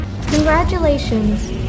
Congratulations